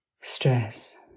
stress